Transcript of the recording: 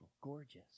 gorgeous